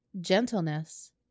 gentleness